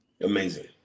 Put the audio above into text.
Amazing